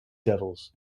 devils